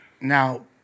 Now